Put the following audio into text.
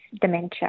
dementia